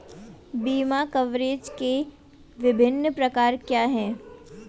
बीमा कवरेज के विभिन्न प्रकार क्या हैं?